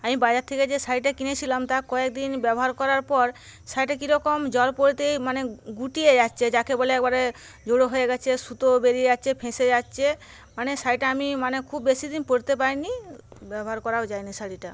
আমি বাজার থেকে যে শাড়িটা কিনেছিলাম তা কয়েক দিন ব্যবহার করার পর শাড়িটা কি রকম জল পরতেই মানে গুটিয়ে যাচ্ছে যাকে বলে একেবারে জড়ো হয়ে যাচ্ছে সুতো বেরিয়ে যাচ্ছে ফেঁসে যাচ্ছে মানে শাড়িটা আমি মানে আমি খুব বেশী দিন পরতে পারিনি ব্যবহার করাও যায়নি শাড়িটা